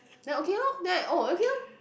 then okay loh then I oh okay loh